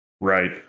right